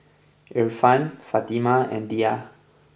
Irfan Fatimah and Dhia